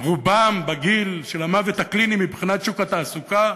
רובם בגיל של המוות הקליני מבחינת שוק התעסוקה,